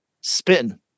spitting